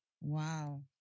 wow